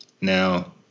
now